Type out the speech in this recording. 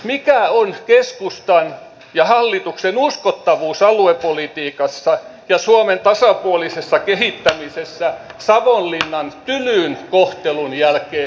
mikä on keskustan ja hallituksen uskottavuus aluepolitiikassa ja suomen tasapuolisessa kehittämisessä savonlinnan tylyn kohtelun jälkeen